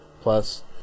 plus